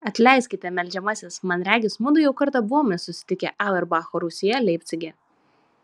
atleiskite meldžiamasis man regis mudu jau kartą buvome susitikę auerbacho rūsyje leipcige